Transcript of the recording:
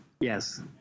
Yes